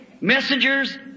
messengers